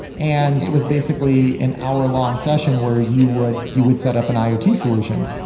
and it was basically an hour long session where you would you would set up an iot ah solution.